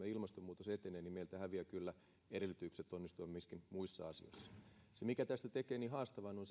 ilmastonmuutos etenee niin meiltä häviävät kyllä edellytykset onnistua myöskin muissa asioissa se mikä tästä tekee niin haastavan on